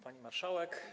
Pani Marszałek!